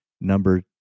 Number